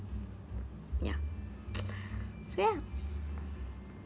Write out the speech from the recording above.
ya ya